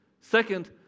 Second